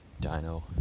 dino